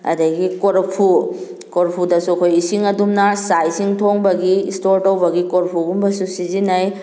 ꯑꯗꯨꯗꯒꯤ ꯀꯣꯔꯐꯨ ꯀꯣꯔꯐꯨꯗꯁꯨ ꯑꯩꯈꯣꯏ ꯏꯁꯤꯡ ꯑꯗꯨꯝꯅ ꯆꯥꯛ ꯏꯁꯤꯡ ꯊꯣꯡꯕꯒꯤ ꯏꯁꯇꯣꯔ ꯇꯧꯕꯒꯤ ꯀꯣꯔꯐꯨꯒꯨꯝꯕꯁꯨ ꯁꯤꯖꯤꯟꯅꯩ